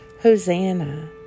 Hosanna